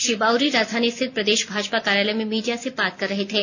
श्री बाउरी राजधानी स्थित प्रदेश भाजपा कार्यालय में मीडिया से बात कर रहे थे